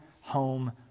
home